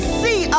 see